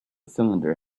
cylinder